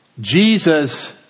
Jesus